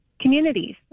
communities